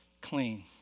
clean